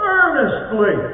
earnestly